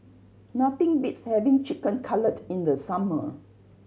nothing beats having Chicken Cutlet in the summer